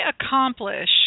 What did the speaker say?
accomplish